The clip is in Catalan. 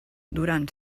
durant